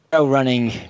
running